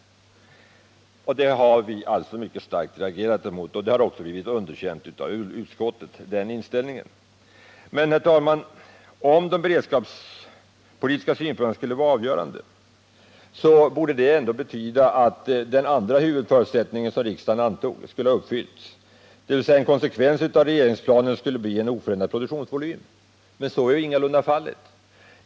Detta uttalande av handelsministern har vi alltså reagerat mycket starkt emot, och denna handelsministerns inställning har också underkänts av utskottet. Men, herr talman, om de beredskapspolitiska synpunkterna skulle vara avgörande borde det ändå betyda att den andra huvudförutsättningen som riksdagen antog skulle ha uppfyllts, dvs. en konsekvens av regeringsplanen skulle bli en oförändrad produktionsvolym. Men så är ingalunda fallet.